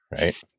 right